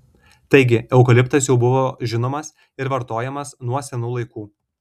taigi eukaliptas jau buvo žinomas ir vartojamas nuo senų laikų